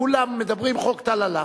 כולם אומרים: חוק טל הלך.